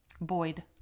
Boyd